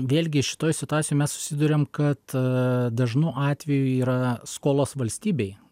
vėlgi šitoj situacijoj mes susiduriam kad dažnu atveju yra skolos valstybei